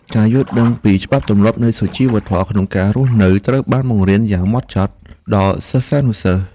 ការយល់ដឹងពីច្បាប់ទម្លាប់និងសុជីវធម៌ក្នុងការរស់នៅត្រូវបានបង្រៀនយ៉ាងម៉ត់ចត់ដល់សិស្សានុសិស្ស។